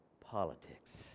politics